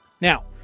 Now